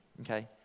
okay